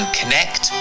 connect